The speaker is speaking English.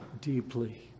deeply